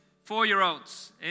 four-year-olds